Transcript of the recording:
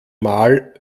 mal